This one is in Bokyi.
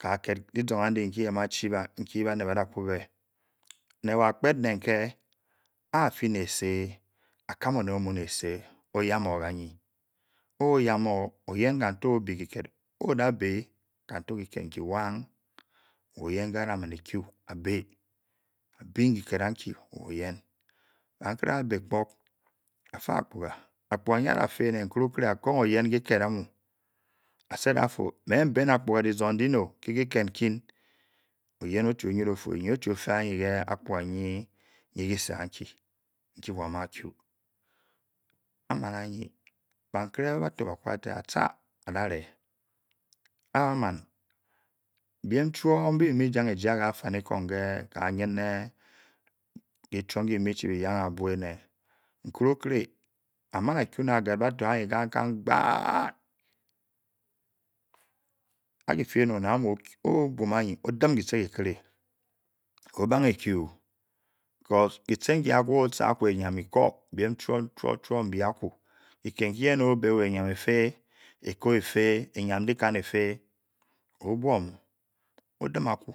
ka ked lezoo ande afene sea okom onol mu nule asea obe tuase ofa optoorga osel oye so yen a yeld hean choir mhe bu may gang be lar be mufiy onel ochi o dem mepa ketor intue baneh oyan mye ko etur offe otim apu